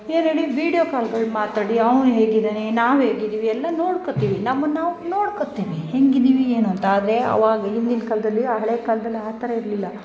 ಏನೇಳಿ video ಕಾಲ್ಗಳು ಮಾತಾಡಿ ಅವ್ನು ಹೇಗಿದ್ದಾನೆ ನಾವು ಹೇಗಿದ್ದೀವಿ ಎಲ್ಲ ನೋಡ್ಕೋತೀವಿ ನಮ್ಮನ್ನು ನಾವು ನೋಡ್ಕೋತೀವಿ ಹೆಂಗಿದೀವಿ ಏನು ಅಂತ ಆದರೆ ಅವಾಗ ಹಿಂದಿನ್ ಕಾಲದಲ್ಲಿ ಆ ಹಳೆ ಕಾಲ್ದಲ್ಲಿ ಆ ಥರ ಇರಲಿಲ್ಲ